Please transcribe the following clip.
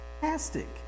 fantastic